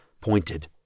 pointed